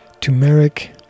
turmeric